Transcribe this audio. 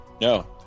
No